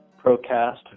ProCast